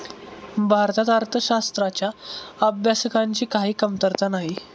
भारतात अर्थशास्त्राच्या अभ्यासकांची काही कमतरता नाही